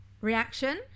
reaction